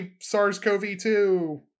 SARS-CoV-2